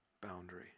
boundary